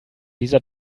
dieser